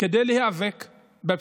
כדי להיאבק בפשיעה.